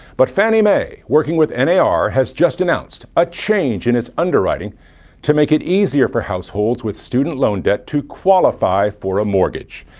but fannie mae, working with and ah nar, has just announced a change in its underwriting to make it easier for households with student loan debt to qualify for a mortgage.